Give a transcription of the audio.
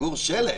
בבקשה.